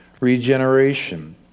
regeneration